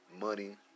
Money